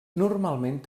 normalment